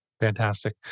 Fantastic